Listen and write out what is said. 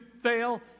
fail